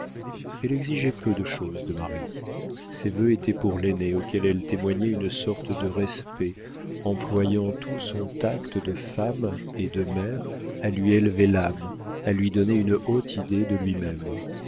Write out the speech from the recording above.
elle exigeait peu de chose de marie ses vœux étaient pour l'aîné auquel elle témoignait une sorte de respect employant tout son tact de femme et de mère à lui élever l'âme à lui donner une haute idée de lui-même